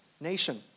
nation